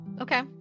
Okay